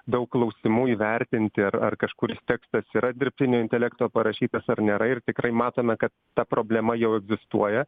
daug klausimų įvertinti ar ar kažkuris tekstas yra dirbtinio intelekto parašytas ar nėra ir tikrai matome kad ta problema jau egzistuoja